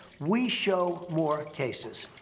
we show more cases.